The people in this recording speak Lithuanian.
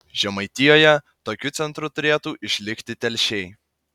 žemaitijoje tokiu centru turėtų išlikti telšiai